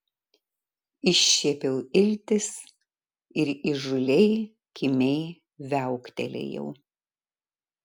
iššiepiau iltis ir įžūliai kimiai viauktelėjau